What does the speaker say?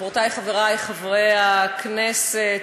חברותי וחברי חברי הכנסת,